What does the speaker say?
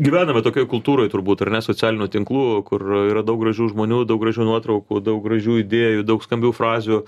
gyvename tokioj kultūroj turbūt ar ne socialinių tinklų kur yra daug gražių žmonių daug gražių nuotraukų daug gražių idėjų daug skambių frazių